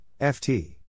FT